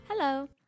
Hello